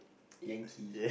yankee